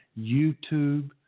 YouTube